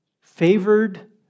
favored